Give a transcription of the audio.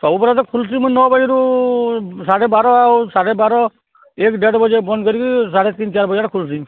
ସବୁବେଳେ ତ ଖୁଲ୍ସି ମୁଇଁ ନଅ ବଜେରୁ ସାଢ଼େ ବାର ଆଉ ସାଢ଼େ ବାର ଏକ୍ ଦେଢ଼୍ ବଜେ ବନ୍ଦ୍ କରିକି ସାଢ଼େ ତିନ୍ ଚାଏର୍ ବଜେ ଆଡ଼େ ଖୁଲ୍ସି